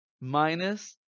minus